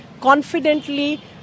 confidently